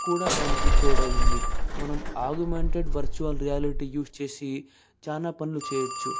కూడా దానికి తోడు అయింది మనం ఆగ్మెంటేడ్ వర్చువల్ రియాలిటీ యూస్ చేసి చాలా పనులు చేయవచ్చు